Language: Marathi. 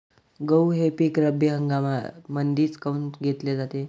गहू हे पिक रब्बी हंगामामंदीच काऊन घेतले जाते?